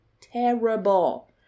terrible